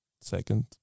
Second